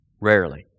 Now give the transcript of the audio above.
Rarely